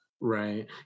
Right